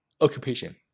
occupation